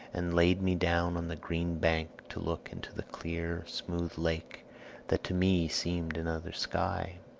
and laid me down on the green bank, to look into the clear smooth lake that to me seemed another sky.